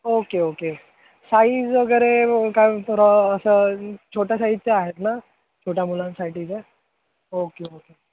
okay okay size वगैरे काय थोडं असं छोट्या साईजच्या आहेत ना छोट्या मुलांसाठीच्या ओके ओके